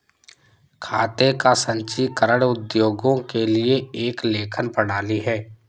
खाते का संचीकरण उद्योगों के लिए एक लेखन प्रणाली है